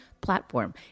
platform